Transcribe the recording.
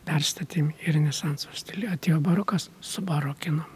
perstatėm į renesanso stilių atėjo barokas subarokinom